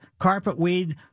carpetweed